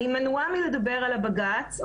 אני מנועה מלדבר על הבג"צ.